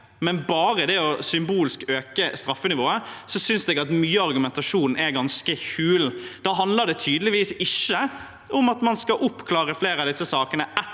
men bare symbolsk øke straffenivået, så syns jeg at mye av argumentasjonen er ganske hul. Da handler det tydeligvis ikke om at man skal oppklare flere av disse sakene,